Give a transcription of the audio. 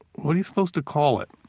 what are you supposed to call it?